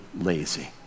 lazy